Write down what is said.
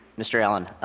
mr. allen.